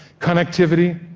connectivity.